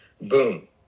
Boom